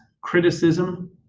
criticism